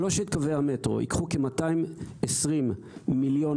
שלושת קווי המטרו ייקחו כ-220 מיליון